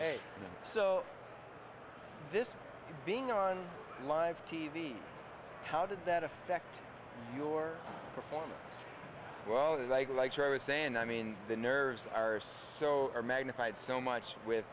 say so this being on live t v how did that affect your performance well it was like like i was saying i mean the nerves are so are magnified so much with